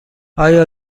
آیا